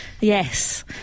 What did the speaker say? Yes